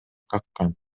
каккан